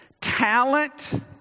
talent